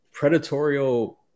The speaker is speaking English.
predatorial